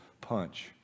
punch